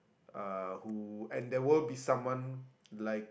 uh who and there will be someone like